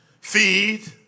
feed